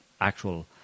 actual